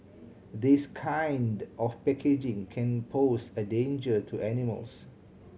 this kind of packaging can pose a danger to animals